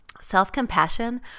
Self-compassion